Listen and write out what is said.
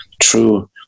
true